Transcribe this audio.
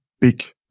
big